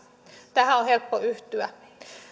tähän on helppo yhtyä